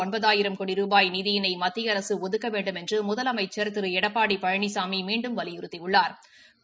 ஒன்பதாயிரம் கோடி ரூபாய் நிதியினை மத்திய அரசு ஒதுக்க வேண்டுமென்று முதலமைச்சர் திரு எடப்பாடி பழனிசாமி மீண்டும் வலியுறுத்தியுள்ளாா்